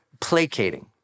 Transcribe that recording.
Placating